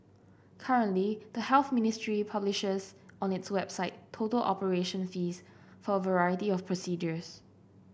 currently the Health Ministry publishes on its website total operation fees for a variety of procedures